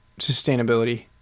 sustainability